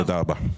תודה רבה.